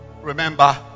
Remember